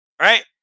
right